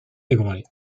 ébranlée